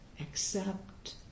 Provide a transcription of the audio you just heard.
accept